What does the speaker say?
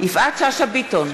יפעת שאשא ביטון,